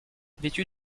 vêtu